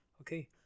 Okay